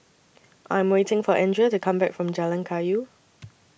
I Am waiting For Andria to Come Back from Jalan Kayu